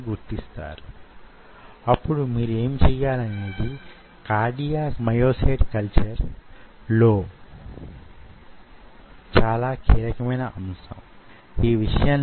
అనిశ్చిత స్థితిలో వున్న యే బల్ల మీద యీ వ్యక్తి కదులుతూ వున్నాడో దాన్ని కాంటిలివర్ అని పిలుస్తారు